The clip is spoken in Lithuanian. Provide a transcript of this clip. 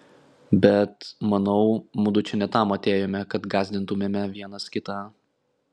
bet manau mudu čia ne tam atėjome kad gąsdintumėme vienas kitą